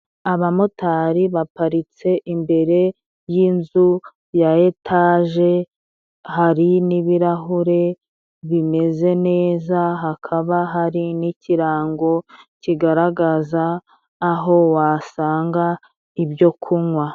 Abamotari baparitse imbere y'inzu ya etaje, hari n'ibirahure bimeze neza, hakaba hari n'ikirango kigaragaza aho wasanga ibyo kunwa.